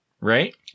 Right